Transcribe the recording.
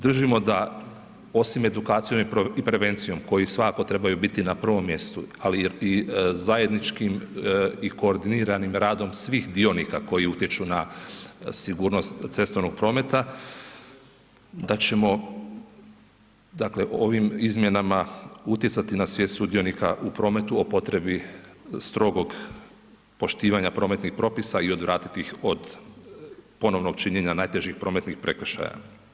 Držimo da osim edukacijom i prevencijom koji svakako trebaju biti na prvom mjestu, ali i zajedničkim i koordiniranim radom svih dionika koji utječu na sigurnost cestovnog prometa, da ćemo dakle ovim izmjenama utjecati na svijest sudionika u prometu o potrebi strogog poštivanja prometnih propisa i odvratiti ih od ponovnog činjenja najtežih prometnih prekršaja.